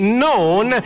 known